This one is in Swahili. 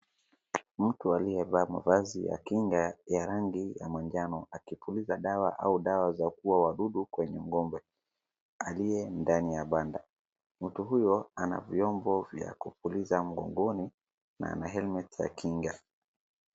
Mtu aliyevaa mavazi ya kinga ya rangi ya manjano akipuliza dawa au dawa za kuua wadudu kwenye ngombe aliye ndani ya banda mtu huyo ana vyombo vya kupuliza mgongoni na ana helmet za kinga